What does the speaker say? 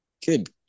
Good